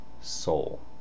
soul